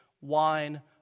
wine